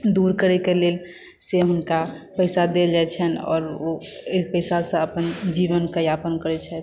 दूर करैके लेल से हुनका पैसा देल जाइत छनि आओर एहि पैसासँ अपन जीवन के यापन करैत छथि